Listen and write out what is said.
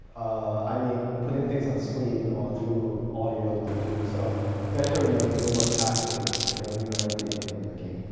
i mean putting things on screen or through audio to sort of better reveal what's happening you know numerically in your game.